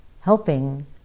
helping